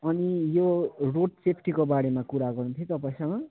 अनि यो रोड सेफ्टीको बारेमा कुरा गर्नु थियो तपाईँसँग